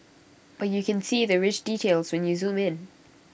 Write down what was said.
but you can see the rich details when you zoom in